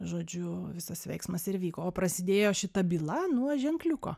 žodžiu visas veiksmas ir vyko o prasidėjo šita byla nuo ženkliuko